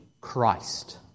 Christ